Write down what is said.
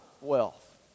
wealth